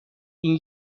این